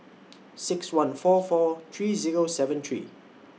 six one four four three Zero seven three